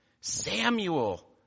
Samuel